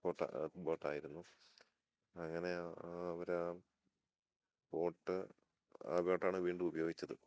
boat ആയിരുന്നു അങ്ങനെ അവർ ആ ബോട്ട് ആ ബോട്ട് ആണ് വീണ്ടും ഉപയോഗിച്ചത്